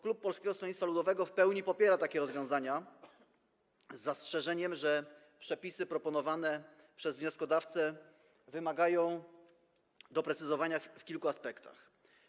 Klub Polskiego Stronnictwa Ludowego w pełni popiera takie rozwiązania, z zastrzeżeniem, że proponowane przez wnioskodawcę przepisy wymagają doprecyzowania w kilku aspektach.